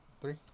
three